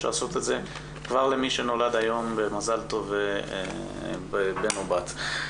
אפשר לעשות את זה כבר למי שנולד היום במזל טוב בן או בת.